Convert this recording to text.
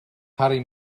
harri